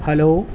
hello